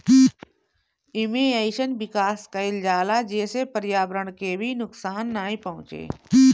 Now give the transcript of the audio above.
एमे अइसन विकास कईल जाला जेसे पर्यावरण के भी नुकसान नाइ पहुंचे